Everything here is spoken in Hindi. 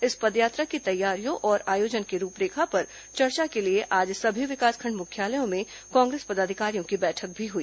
इस पदयात्रा की तैयारियों और आयोजन की रूपरेखा पर चर्चा के लिए आज सभी विकासखंड मुख्यालयों में कांग्रेस पदाधिकारियों की बैठक भी हुई